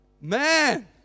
man